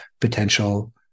potential